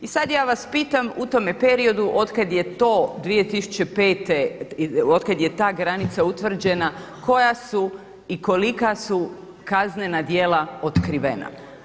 I sada ja vas pitam, u tome periodu otkad je to 2005., otkad je ta granica utvrđena koja su i kolika su kaznena djela otkrivena.